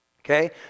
okay